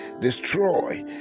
destroy